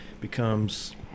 becomes